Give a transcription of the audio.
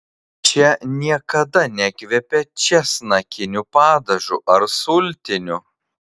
čia niekada nekvepia česnakiniu padažu ar sultiniu